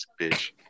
bitch